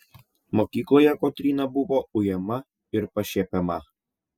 mokykloje kotryna buvo ujama ir pašiepiama